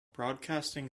broadcasting